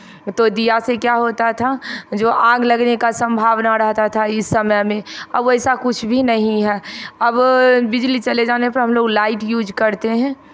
तो दिया से क्या होता था जो आग लगने का संभावना रहता था इस समय में अब वैसा कुछ भी नहीं है अब बिजली चले जाने पर हम लोग लाइट यूज़ करते हैं